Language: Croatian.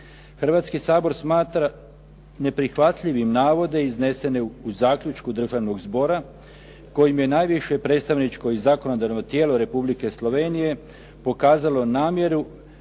Hrvatski sabor smatra neprihvatljivim navode iznesene u zaključku Državnog zbora kojim je najviše predstavničko i zakonodavno tijelo Republike Slovenije pokazalo namjeru